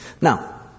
Now